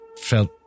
felt